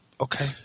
okay